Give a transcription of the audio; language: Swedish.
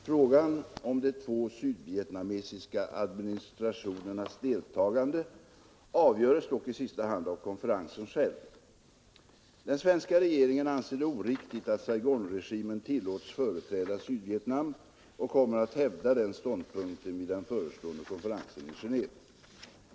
Frågan om de två sydvietnamesiska administrationernas deltagande avgöres dock i sista hand av konferensen själv. Den svenska regeringen anser det oriktigt att Saigonregimen tillåts företräda Sydvietnam och kommer att hävda den ståndpunkten vid den förestående konferensen i Genéve.